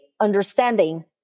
understanding